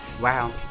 Wow